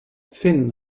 finn